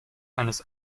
eines